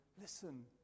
listen